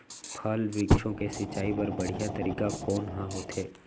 फल, वृक्षों के सिंचाई बर बढ़िया तरीका कोन ह होथे?